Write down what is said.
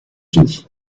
unis